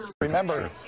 Remember